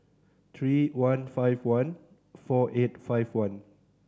three one five one four eight five one